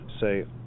say